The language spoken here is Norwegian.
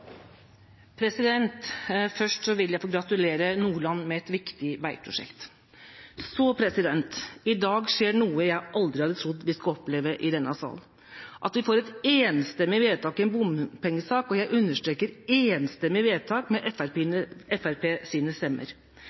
vil jeg få gratulere Nordland med et viktig veiprosjekt. Så: I dag skjer noe jeg aldri hadde trodd vi skulle oppleve i denne salen, at vi får et enstemmig vedtak i en bompengesak – og jeg understreker «enstemmig vedtak» – med